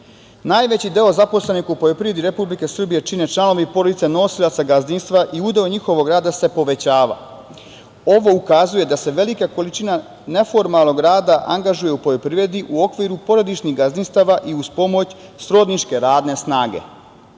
Najveći deo zaposlenih u poljoprivredi Republike Srbije čine članovi porodica nosilaca gazdinstva i udeo njihovog rada se povećava. Ovo ukazuje da se velika količina neformalnog rada angažuju u poljoprivredi u okviru porodičnih gazdinstava i uz pomoć srodničke radne